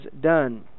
done